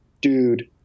dude